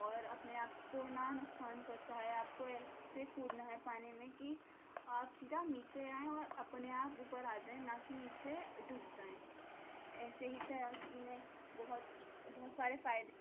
اور اپنے آپ کو نہ نقصان پہنچائے آپ کو ایسے کودنا ہے پانی میں کہ آپ سیدھا نیچے آئیں اور اپنے آپ اوپر آ جائیں نہ کہ نیچے ڈوب جائیں ایسے ہی تیراکی میں بہت بہت سارے فائدے